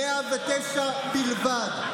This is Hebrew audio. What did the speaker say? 109 בלבד.